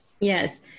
Yes